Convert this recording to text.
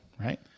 right